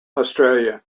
australia